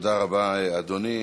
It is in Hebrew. תודה רבה, אדוני.